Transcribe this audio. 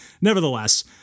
nevertheless